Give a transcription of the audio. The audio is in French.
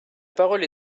parole